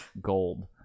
gold